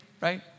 right